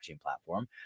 platform